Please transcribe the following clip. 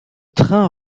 train